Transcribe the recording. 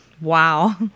Wow